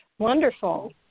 Wonderful